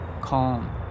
calm